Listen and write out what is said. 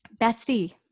Bestie